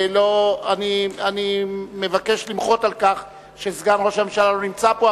אני מבקש למחות על כך שסגן ראש הממשלה לא נמצא פה,